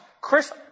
Chris